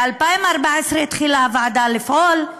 ב-2014 התחילה הוועדה לפעול,